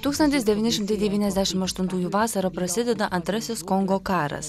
tūkstantis devyni šimtai devyniasdešim aštuntųjų vasarą prasideda antrasis kongo karas